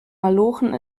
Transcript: malochen